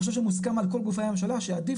אני חושב שמוסכם על כל גופי הממשלה שעדיף